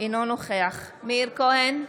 אינו נוכח מאיר כהן,